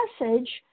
message